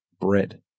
bread